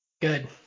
Good